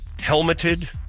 helmeted